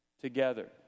together